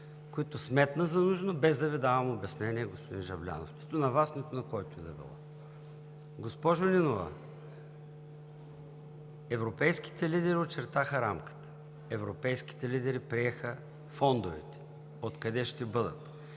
които сметна за нужно, без да Ви давам обяснения, господин Жаблянов, нито на Вас, нито на който и да било. Госпожо Нинова, европейските лидери очертаха рамката, европейските лидери приеха фондовете – откъде и колко